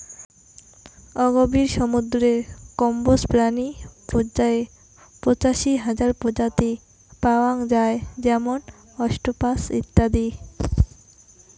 অগভীর সমুদ্রের কম্বোজ প্রাণী পর্যায়ে পঁচাশি হাজার প্রজাতি পাওয়াং যাই যেমন অক্টোপাস ইত্যাদি